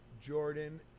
jordan